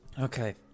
Okay